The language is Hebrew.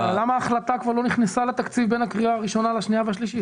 למה ההחלטה לא נכנסה לתקציב בין הקריאה הראשונה לשנייה והשלישית?